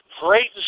great